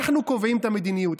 אנחנו קובעים את המדיניות,